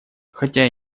хотя